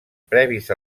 previs